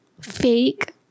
fake